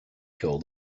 call